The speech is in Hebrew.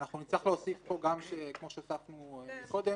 נצטרך להוסיף פה כמו שהוספנו קודם,